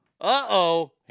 uh-oh